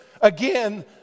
again